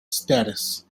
status